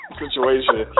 situation